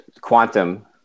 quantum